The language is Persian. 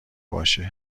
باشه